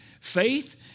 Faith